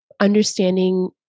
understanding